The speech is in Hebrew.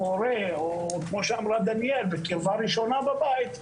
או הורה או כמו שאמרה דניאל בקרבה ראשונה בבית,